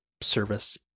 service